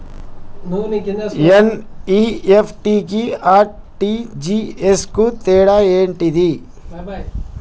NEFT కి RTGS కు తేడా ఏంటిది?